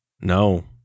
No